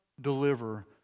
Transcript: deliver